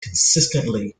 consistently